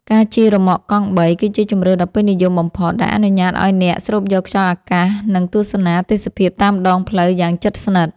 ការជិះរ៉ឺម៉កកង់បី គឺជាជម្រើសដ៏ពេញនិយមបំផុត ដែលអនុញ្ញាតឱ្យអ្នកស្រូបយកខ្យល់អាកាស និងទស្សនាទេសភាពតាមដងផ្លូវយ៉ាងជិតស្និទ្ធ។